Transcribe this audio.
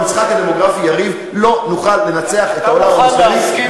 במשחק הדמוגרפי לא נוכל לנצח את העולם המוסלמי,